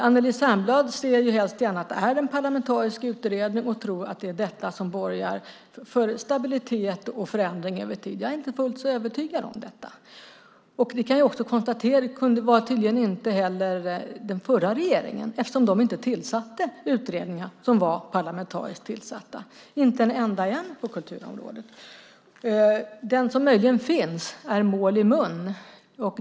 Anneli Särnblad ser helst att det är en parlamentarisk utredning och tror att det borgar för stabilitet och förändring över tid. Jag är inte helt övertygad om det. Vi kan också konstatera att tydligen inte heller den förra regeringen var det eftersom den inte tillsatte utredningar som var parlamentariska - inte en enda på kulturområdet. Den som möjligen finns är Mål i mun.